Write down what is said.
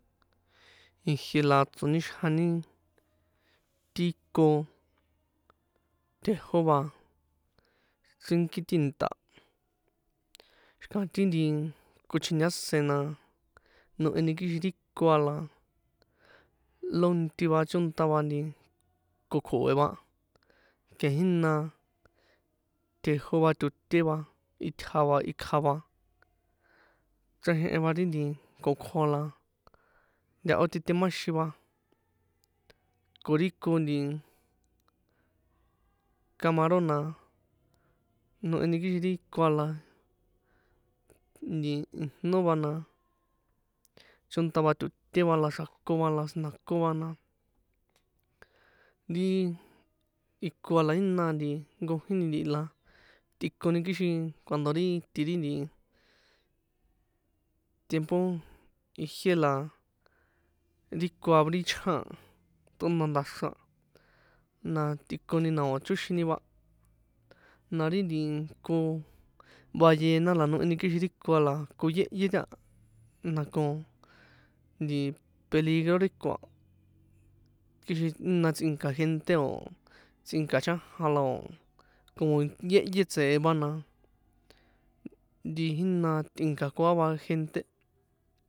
Ijie la tsonixjani, ti ko tjejó va chrínki ti nta̱, xi̱ka̱ ti nti kochintase̱n, na noheni kixin ri ko a la lonti va chónṭa va nti kokjo̱e va ke jína tjejo va to̱té va, itja va, ikja va, chraxehen va ri nti kokjo a la, ntahó titemáxin va, ko ri ko nti camaron na noheni kixin ri ko a la nti ijno va na, chonta va to̱té va, la xrakon va, la si̱nda̱kon va, na ri iko a la jína nti nkojíni ntihi la tꞌikoni kixin cuando ri ti, ri nti tiempo ijié la ri ko a ri chjan a, tꞌona nda̱xran, na tꞌikoni na o̱ chóxini va, na ri ko ballena la noheni kixin ri ko a la koyehye taha, na ko nti peligro ri ko a, kixin jína tsꞌinka̱ gente o̱, tsꞌínka̱ chanja la o̱, como yéhyé tse̱e va na, nti jína tꞌínka̱koa va gente.